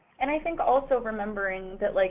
and i think also remembering that, like,